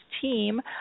team